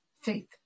faith